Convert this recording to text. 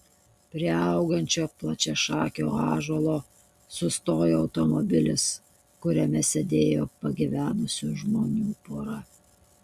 prie augančio plačiašakio ąžuolo sustojo automobilis kuriame sėdėjo pagyvenusių žmonių pora